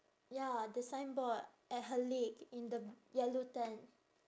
ya the signboard at her leg in the yellow tent